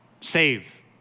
save